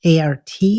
ART